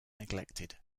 neglected